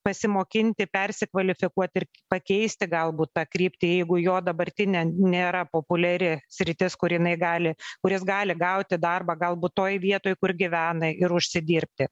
pasimokinti persikvalifikuot ir pakeisti galbūt tą kryptį jeigu jo dabartinė nėra populiari sritis kur jinai gali kur jis gali gauti darbą galbūt toj vietoj kur gyvena ir užsidirbti